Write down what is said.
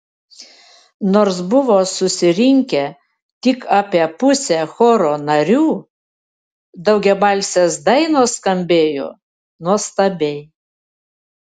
nors buvo susirinkę tik apie pusė choro narių daugiabalsės dainos skambėjo nuostabiai